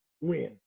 win